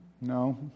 No